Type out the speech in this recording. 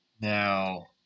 Now